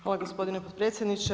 Hvala gospodine potpredsjedniče.